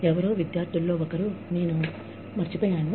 ఎవరో విద్యార్థులలో ఒకరు ఆమె పేరు నేను మర్చిపోయాను